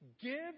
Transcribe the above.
give